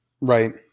Right